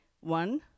One